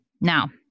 Now